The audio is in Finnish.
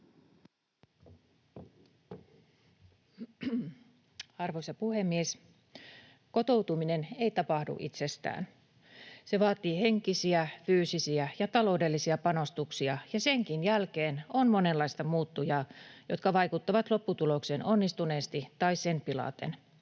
Arvoisa puhemies! Kotoutuminen ei tapahdu itsestään. Se vaatii henkisiä, fyysisiä ja taloudellisia panostuksia, ja senkin jälkeen on monenlaista muuttujaa, jotka vaikuttavat lopputulokseen onnistuneesti tai sen pilaten.